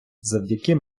завдяки